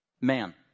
man